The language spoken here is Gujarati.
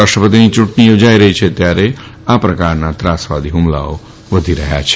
રાષ્ટ્રપતિની યૂંટણી યોજાઈ રહી છે ત્યારે આ પ્રકારના ત્રાસવાદી હુમલાઓ વધી રહ્યા છે